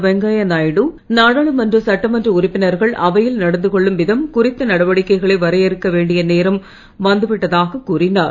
வெங்கைய நாயுடு நாடாளுமன்ற சட்டமன்ற உறுப்பினர்கள் அவையில் நடந்துகொள்ளும் விதம் குறித்த நடவடிக்கைகளை வரையறுக்க வேண்டிய நேரம் வந்து விட்டதாக கூறினார்